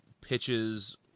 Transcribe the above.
pitches